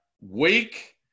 Wake